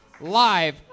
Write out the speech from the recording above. Live